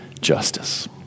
justice